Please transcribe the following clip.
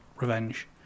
Revenge